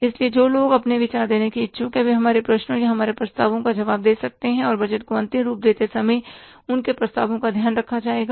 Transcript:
इसलिए जो लोग अपने विचार देने के इच्छुक हैं वे हमारे प्रश्नों या हमारे प्रस्तावों का जवाब दे सकते हैं और बजट को अंतिम रूप देते समय उनके प्रस्तावों का ध्यान रखा जाएगा